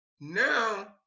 Now